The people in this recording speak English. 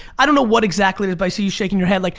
i don't know what exactly, i see you shaking your head, like